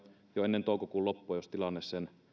jo ennen toukokuun loppua jos tilanne sen